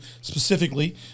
specifically